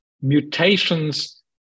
mutations